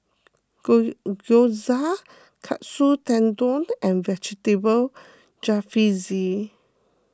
Gyoza Katsu Tendon and Vegetable Jalfrezi